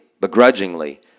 begrudgingly